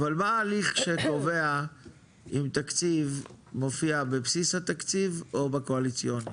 אבל מה ההליך שקובע אם תקציב מופיע בבסיס התקציב או בקואליציוני?